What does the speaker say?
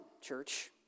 church